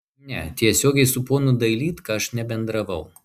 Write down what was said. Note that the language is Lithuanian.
ne tiesiogiai su ponu dailydka aš nebendravau